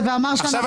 אתערב